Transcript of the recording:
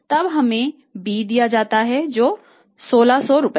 तब हमें b दिया जाता है जो 1600 है